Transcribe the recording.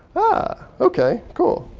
ah, ok, cool,